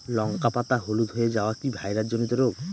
লঙ্কা পাতা হলুদ হয়ে যাওয়া কি ভাইরাস জনিত রোগ?